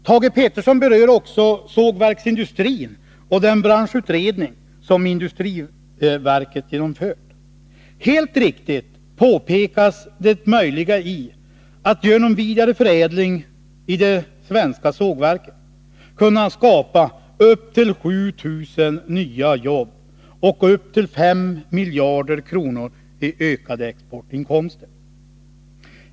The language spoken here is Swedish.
Thage Peterson berör också sågverksindustrin och den branschutredning som industriverket genomfört. Helt riktigt påpekas det möjliga i att genom vidareförädling i de svenska sågverken kunna skapa upp till 7 000 nya jobb och få upp till 5 miljarder kronor i ökade exportinkomster.